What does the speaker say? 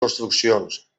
construccions